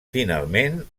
finalment